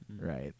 right